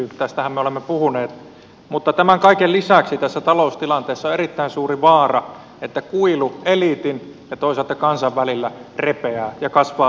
tästähän me olemme puhuneet mutta tämän kaiken lisäksi tässä taloustilanteessa on erittäin suuri vaara että kuilu eliitin ja toisaalta kansan välillä repeää ja kasvaa suureksi